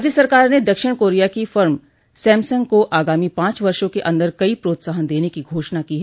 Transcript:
राज्य सरकार ने दक्षिण कोरिया की फर्म सैमसंग को आगामी पांच वर्षो के अन्दर कई प्रोत्साहन देने की घोषणा की है